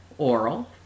oral